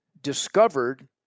discovered